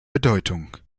bedeutung